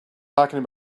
talking